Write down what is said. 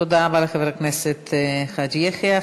תודה רבה לחבר הכנסת חאג' יחיא.